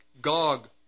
Gog